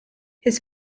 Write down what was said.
his